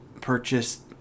purchased